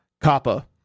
COPPA